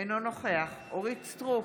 אינו נוכח אורית מלכה סטרוק,